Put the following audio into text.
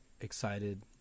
excited